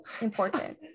Important